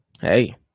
hey